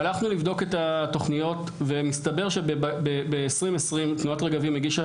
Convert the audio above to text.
הלכנו לבדוק את התכניות ומסתבר שב-2020 תנועת רגבים הגישה